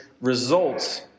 results